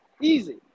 Easy